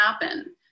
happen